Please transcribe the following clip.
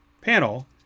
panel